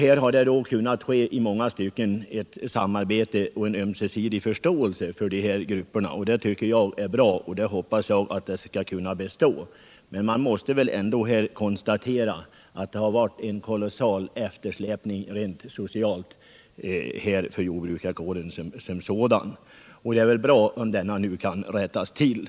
Det har i många stycken kunnat åstadkommas ett samarbete och en ömsesidig förståelse mellan denna grupp och jordbrukarna. Det tycker jag är bra, och jag hoppas att det förhållandet skall kunna bestå. Men man måste ändå konstatera en kolossal eftersläpning rent socialt för jordbrukarkåren som sådan. Det är väl bra om den nu kan rättas till.